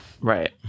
right